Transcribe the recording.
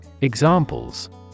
Examples